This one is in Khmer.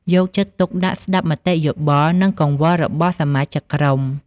យកចិត្តទុកដាក់ស្តាប់មតិយោបល់ និងកង្វល់របស់សមាជិកក្រុម។